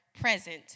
present